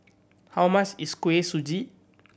how much is Kuih Suji